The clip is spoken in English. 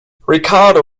ricardo